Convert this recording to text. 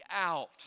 out